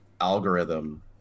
algorithm